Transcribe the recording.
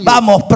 Vamos